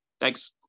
Thanks